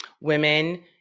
women